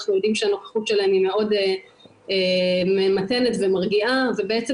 אנחנו יודעים שהנוכחות שלהם היא מאוד ממתנת ומרגיעה ובעצם